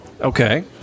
Okay